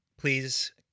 please